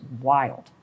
wild